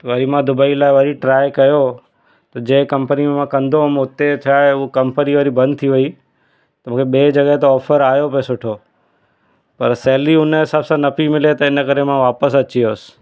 वरी मां दुबई लाइ वरी ट्राए कयो त जंहिं कंपनी में मां कंदो हुअमि हुते छा आहे उहो कपंनी वरी बंदि थी वेई त मूंखे ॿिए जॻह ते ऑफर आई भाई सुठो पर सैलरी हुनजे हिसाब सां न पेई मिले त हिन करे मां वापसि अची वियुसि